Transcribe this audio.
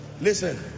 Listen